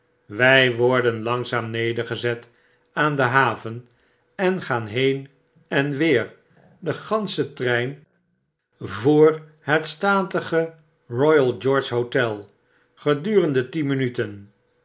wy worden langzaam nedergezet aan de haven en gaan heen en weer vr het statige royal george hotel gedurende tien minuten